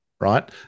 right